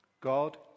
God